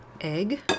Egg